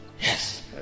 Yes